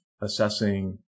assessing